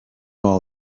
all